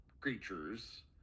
creatures